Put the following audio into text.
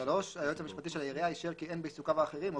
(3) היועץ המשפטי של העירייה אישר כי אין בעיסוקיו האחרים או